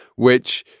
which